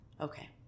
Okay